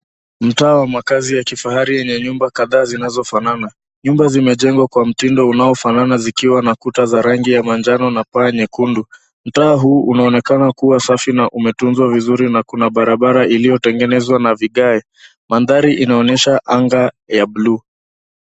Mtaa wa makazi ya kifahari yenye nyumba kadhaa zinazofanana. Nyumba zimejengwa kwa mtindo unao fanana zikiwa na kuta za rangi ya manjano na paa nyekundu. Mtaa huu unaonekana kuwa safi na umetunzwa vizuri na kuna barabara iliyotengenezwa na vigae. Mandhari inaonyesha anga ya blue.